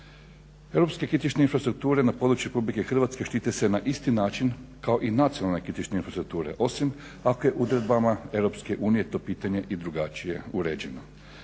Europske kritične infrastrukture na području Republike Hrvatske štite se na isti način kao i nacionalne kritične infrastrukture osim ako je odredbama EU to pitanje i drugačije uređeno.